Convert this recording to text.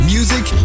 Music